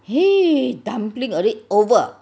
!hey! dumpling already over